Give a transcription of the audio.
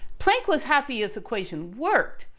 planck was happy his equation worked,